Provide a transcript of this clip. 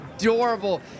adorable